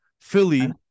Philly